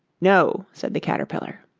no, said the caterpillar.